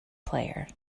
player